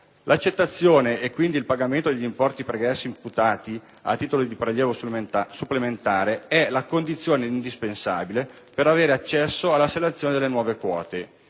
l'accettazione e, quindi, il pagamento degli importi pregressi imputati a titolo di prelievo supplementare è la condizione indispensabile per avere accesso all'assegnazione delle nuove quote.